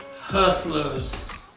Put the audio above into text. hustlers